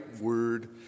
word